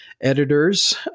editors